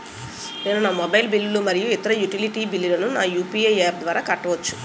నేను నా మొబైల్ బిల్లులు మరియు ఇతర యుటిలిటీ బిల్లులను నా యు.పి.ఐ యాప్ ద్వారా కట్టవచ్చు